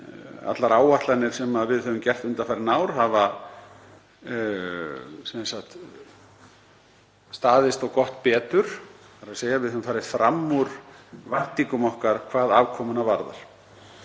Allar áætlanir sem við höfum gert undanfarin ár hafa staðist og gott betur, þ.e. við höfum farið fram úr væntingum okkar hvað afkomuna varðar.